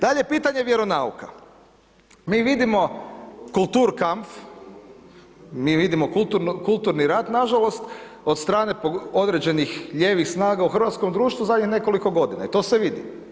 Dalje, pitanje vjeronauka, mi vidimo kulturkampf, mi vidimo kulturni rat nažalost od strane određenih lijevih snaga u hrvatskom društvu zadnjih nekoliko godina i to se vidi.